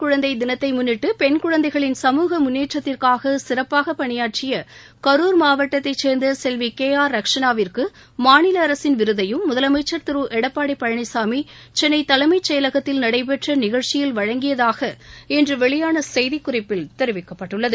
குழந்தை தினத்தை முன்னிட்டு பெண் குழந்தைகளின் தேசிய சமுக முன்னேற்றத்திற்காக சிறப்பாக பணியாற்றிய கருர் மாவட்டத்தை சேர்ந்த செல்வி கே ஆர் ரக்ஷனாவிற்கு மாநில அரசின் விருதையும் முதலமைச்சர் திரு எடப்பாடி பழனிசாமி சென்ளை தலைமைச்செயலகத்தில் நடைபெற்ற நிகழ்ச்சியில் வழங்கியதாக இன்று வெளியான செய்திக்குறிப்பில் தெரிவிக்கப்பட்டுள்ளது